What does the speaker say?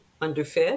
underfed